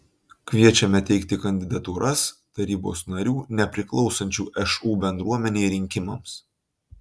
kviečiame teikti kandidatūras tarybos narių nepriklausančių šu bendruomenei rinkimams